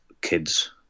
kids